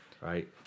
Right